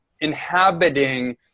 inhabiting